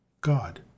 God